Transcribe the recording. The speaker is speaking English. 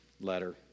letter